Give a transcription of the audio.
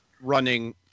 running